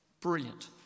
Brilliant